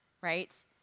right